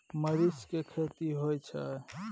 मरीच के खेती होय छय?